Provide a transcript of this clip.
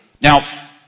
Now